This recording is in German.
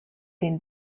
den